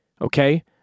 okay